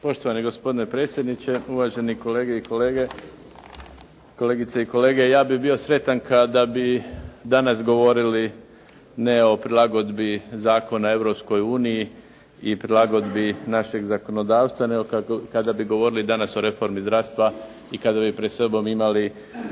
Poštovani gospodine predsjedniče, uvaženi kolegice i kolege. Ja bih bio sretan kada bi danas govorili ne o prilagodbi zakona Europskoj uniji i prilagodbi našeg zakonodavstva nego kada bi govorili danas o reformi zdravstva i kada bi pred sobom imali